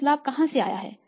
शुद्ध लाभ कहाँ से आया है